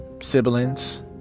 Siblings